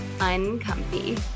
uncomfy